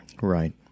Right